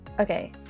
Okay